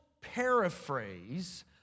paraphrase